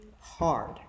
hard